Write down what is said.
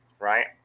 right